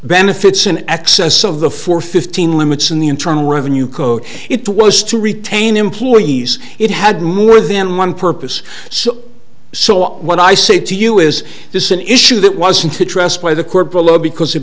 benefits in excess of the four fifteen limits in the internal revenue code it was to retain employees it had more than one purpose so i saw what i say to you is this an issue that wasn't addressed by the court below because it